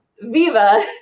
Viva